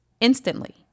instantly